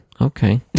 okay